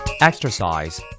Exercise